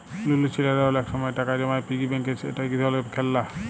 লুলু ছেইলারা অলেক সময় টাকা জমায় পিগি ব্যাংকে যেট ইক ধরলের খেললা